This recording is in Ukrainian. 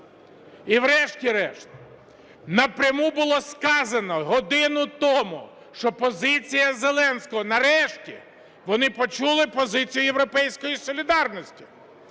І врешті-решт напряму було сказано годину тому, що позиція Зеленського, нарешті вони почули позицію "Європейської солідарності",